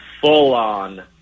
full-on